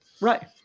Right